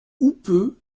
houppeux